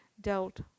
dealt